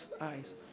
eyes